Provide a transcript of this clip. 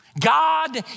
God